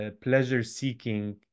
pleasure-seeking